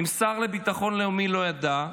אם השר לביטחון לאומי לא ידע,